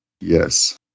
Yes